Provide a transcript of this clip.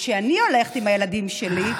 כשאני הולכת עם הילדים שלי,